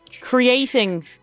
Creating